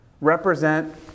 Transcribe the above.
represent